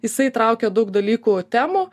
jisai įtraukia daug dalykų temų